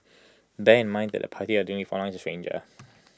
bear in mind that the party that you are dealing with online is A stranger